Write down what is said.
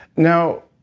now,